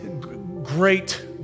great